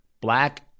Black